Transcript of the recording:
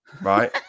Right